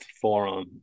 Forum